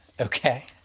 Okay